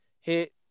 hit